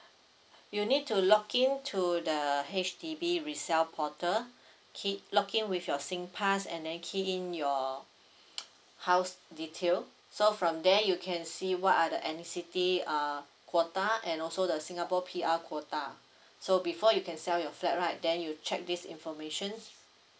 you need to login to the H_D_B resale portal key login with your singpass and then key in your house detail so from there you can see what are the N_C_T uh quota and also the singapore P_R quota so before you can sell your flat right then you check this information's